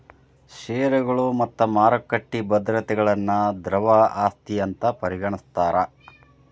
ಷೇರುಗಳು ಮತ್ತ ಮಾರುಕಟ್ಟಿ ಭದ್ರತೆಗಳನ್ನ ದ್ರವ ಆಸ್ತಿ ಅಂತ್ ಪರಿಗಣಿಸ್ತಾರ್